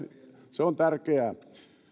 se on tärkeää